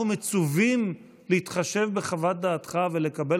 אנחנו מצווים להתחשב בחוות דעתך ולקבל